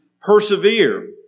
persevere